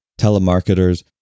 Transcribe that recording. telemarketers